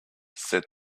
said